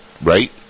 right